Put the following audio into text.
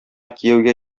кияүгә